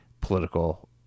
political